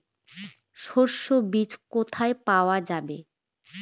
সর্ষে বিজ কোথায় পাওয়া যাবে?